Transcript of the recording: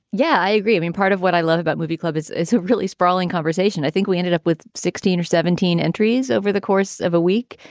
yeah, i agree. i mean, part of what i love about movie club is it's a really sprawling conversation. i think we ended up with sixteen or seventeen entries over the course of a week.